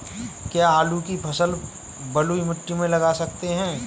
क्या आलू की फसल बलुई मिट्टी में लगा सकते हैं?